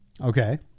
Okay